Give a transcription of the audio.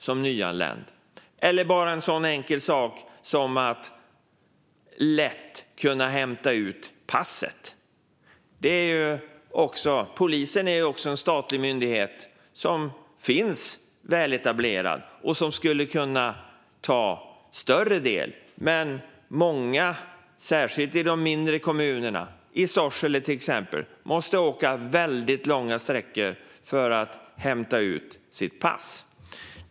Det kan även gälla en sådan enkel sak som att kunna hämta ut passet lätt. Polisen är en statlig myndighet som är väletablerad och som skulle kunna ta en större del. Men många människor, särskilt i mindre kommuner som exempelvis Sorsele, måste åka väldigt långa sträckor för att hämta ut sitt pass.